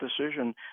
decision